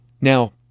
Now